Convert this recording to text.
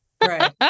Right